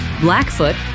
Blackfoot